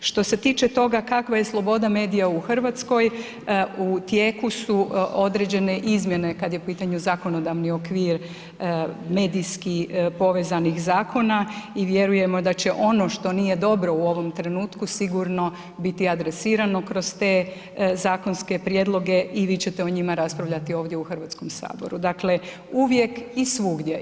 Što se tiče toga kakva je sloboda medija u Hrvatskoj, u tijeku su određene izmjene kada je u pitanju zakonodavni okvir medijski povezanih zakona i vjerujemo da će ono što nije dobro u ovom trenutku sigurno biti adresirano kroz te zakonske prijedloge i vi ćete o njima raspravljati ovdje u Hrvatskom saboru, dakle uvijek i svugdje.